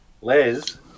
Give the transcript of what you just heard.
Les